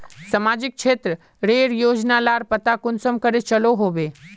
सामाजिक क्षेत्र रेर योजना लार पता कुंसम करे चलो होबे?